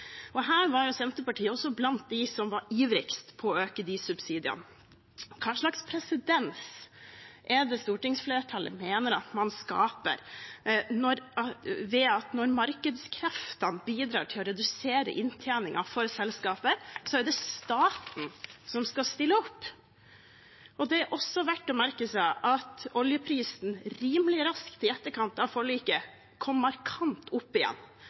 Her var Senterpartiet også blant dem som var ivrigst på å øke de subsidiene. Hva slags presedens er det stortingsflertallet mener man skaper ved at det når markedskreftene bidrar til å redusere inntjeningen for selskaper, er staten som skal stille opp? Det er også verdt å merke seg at oljeprisen, rimelig raskt i etterkant av forliket, kom markant opp igjen.